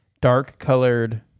dark-colored